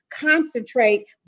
concentrate